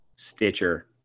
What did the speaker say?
Stitcher